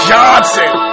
Johnson